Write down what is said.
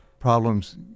Problems